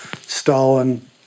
Stalin